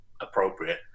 appropriate